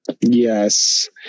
Yes